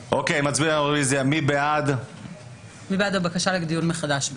מי בעד הבקשה לדיון מחדש?